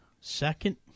Second